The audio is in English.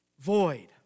void